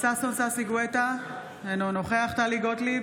ששון ששי גואטה, אינו נוכח טלי גוטליב,